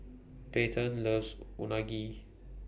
Payten loves Unagi